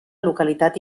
localitat